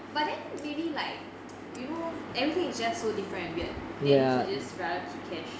but then maybe like you know everything is just so different and yet then he just rather keep cash